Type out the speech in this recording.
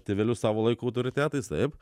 tėvelius savo laiko autoritetais taip